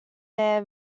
their